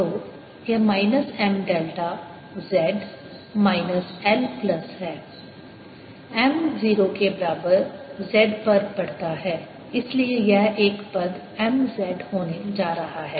तो यह minus M delta z minus L plus है M 0 के बराबर z पर बढ़ता है इसलिए यह एक पद M z होने जा रहा है